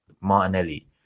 martinelli